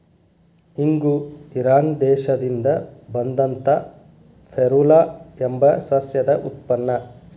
ಇಂಗು ಇರಾನ್ ದೇಶದಿಂದ ಬಂದಂತಾ ಫೆರುಲಾ ಎಂಬ ಸಸ್ಯದ ಉತ್ಪನ್ನ